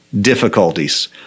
difficulties